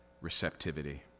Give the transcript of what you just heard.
receptivity